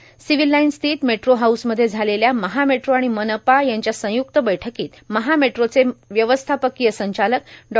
र्मिव्हिल line स्थित metro house मध्ये झालेल्या महा मेट्रो आर्गण मनपा यांच्या संयुक्त बैठकांत महा मेट्रोचे व्यवस्थापकांय संचालक डॉ